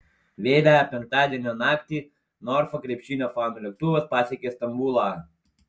vėlią penktadienio naktį norfa krepšinio fanų lėktuvas pasiekė stambulą